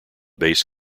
base